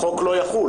החוק לא יחול.